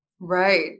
Right